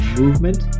movement